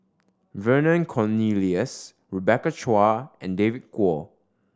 Vernon Cornelius Rebecca Chua and David Kwo